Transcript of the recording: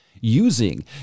using